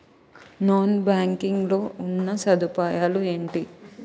Non banking లో ఉన్నా సదుపాయాలు ఎంటి?